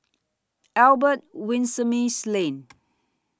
Albert Winsemius Lane